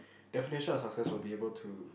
definition of success will be able to